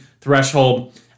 threshold